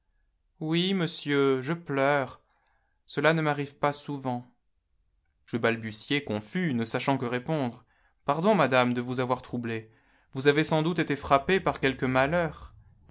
oui monsieur je pleure cela ne m'arrive pas souvent je balbutiai confus ne sachant que répondre pardon madame de vous avoir troublée vous avez sans doute été frappée par quelque malheur